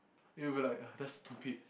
you'll be like !ugh! that's stupid